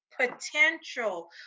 potential